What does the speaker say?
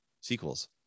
sequels